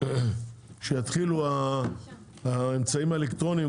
כשיתחילו האמצעים האלקטרוניים,